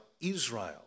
Israel